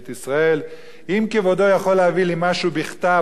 אם כבודו יכול להביא לי משהו בכתב או בעל-פה בפומבי